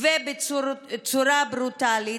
ובצורה ברוטלית.